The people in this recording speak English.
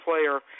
player